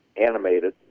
animated